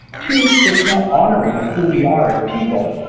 two, it's not honoring of who we are as people.